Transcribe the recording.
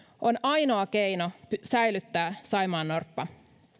on ainoa keino säilyttää saimaannorppa